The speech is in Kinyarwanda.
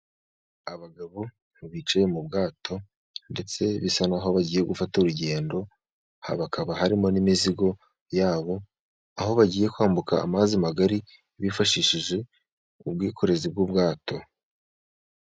Abagabo bicaye mu bwato ndetse bisa n'aho bagiye gufata urugendo, hakaba harimo n'imizigo ya bo, aho bagiye kwambuka amazi magari, bifashishije ubwikorezi bw'ubwato.